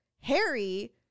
Harry